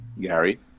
Gary